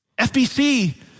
FBC